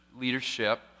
leadership